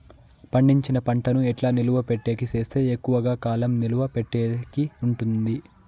పండించిన పంట ను ఎట్లా నిలువ పెట్టేకి సేస్తే ఎక్కువగా కాలం నిలువ పెట్టేకి ఉంటుంది?